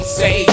say